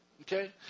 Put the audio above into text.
okay